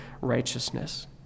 righteousness